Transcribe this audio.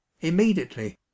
immediately